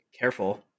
careful